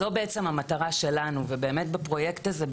אז זו בעצם המטרה שלנו בפרויקט הזה,